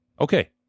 Okay